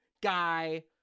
guy